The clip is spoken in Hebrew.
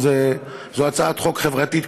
זו הצעת חוק חברתית,